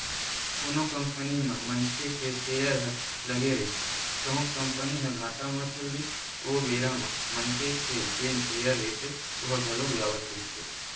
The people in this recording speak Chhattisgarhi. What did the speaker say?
कोनो कंपनी म मनखे के सेयर ह लगे रहिथे कहूं कंपनी ह घाटा म चल दिस ओ बेरा म मनखे के जेन सेयर रहिथे ओहा घलोक जावत रहिथे